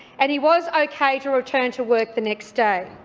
and he was okay to return to work the next day.